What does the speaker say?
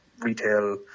retail